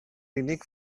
unig